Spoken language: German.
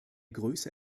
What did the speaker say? größe